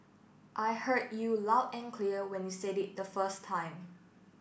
I heard you loud and clear when you said it the first time